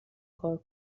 کار